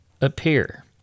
appear